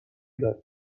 داریم